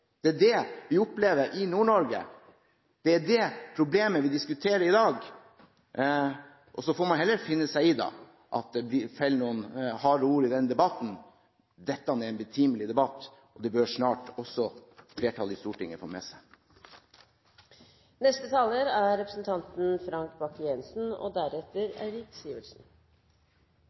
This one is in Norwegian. Det er det vi opplever i Nord-Norge, det er det problemet vi diskuterer i dag, og så får man heller finne seg i at det faller noen harde ord i denne debatten. Dette er en betimelig debatt, og det bør snart også flertallet i Stortinget få med seg. Jeg registrerte at det ble etterlyst representanter fra Finnmark, så her er jeg. Dette er en stadig tilbakevendende debatt, og